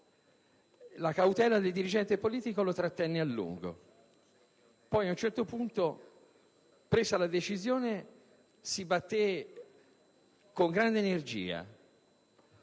La cautela di dirigente politico lo trattenne a lungo; poi, a un certo punto, presa la decisione, si batté con grande energia